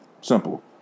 simple